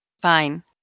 Fine